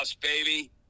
baby